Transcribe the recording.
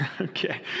Okay